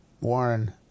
Warren